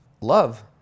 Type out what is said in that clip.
Love